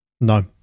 No